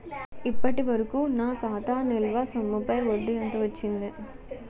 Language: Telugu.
ఇప్పటి వరకూ నా ఖాతా నిల్వ సొమ్ముపై వడ్డీ ఎంత వచ్చింది?